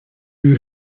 you